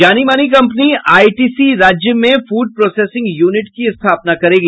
जानी मानी कम्पनी आईटीसी राज्य में फूड प्रोसेसिंग यूनिट की स्थापना करेगी